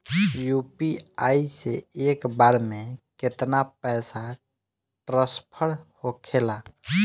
UPI से एक बार मे केतना पैसा ट्रस्फर होखे ला?